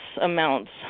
amounts